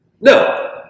No